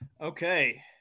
okay